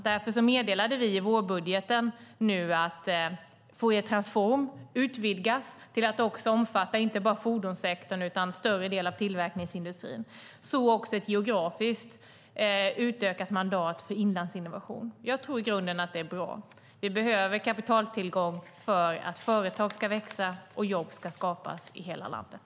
Därför meddelade vi i vårbudgeten att Fouriertransform utvidgas till att också omfatta inte bara fordonssektorn utan en större del av tillverkningsindustrin, så också ett geografiskt utökat mandat för Inlandsinnovation. Jag tror att det i grunden är bra. Vi behöver kapitaltillgång för att företag ska växa och jobb ska skapas i hela landet.